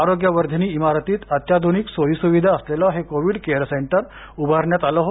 आरोग्य वर्धिनी इमारतीत अत्याध्रनिक सोयी सुविधा असलेल हे कोविड केअर सेंटर उभारण्यात आले आहे